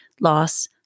loss